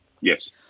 Yes